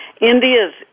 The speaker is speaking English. India's